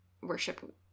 worship